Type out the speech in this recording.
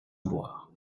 vouloir